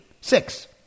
six